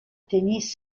tennis